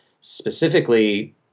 specifically